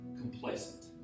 complacent